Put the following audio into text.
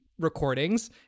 recordings